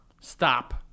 Stop